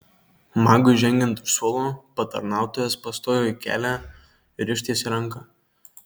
magui žengiant už suolo patarnautojas pastojo kelią ir ištiesė ranką